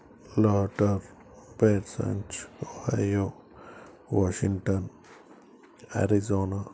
Norton పెర్సెన్చ్ బేయూ Washington Arizona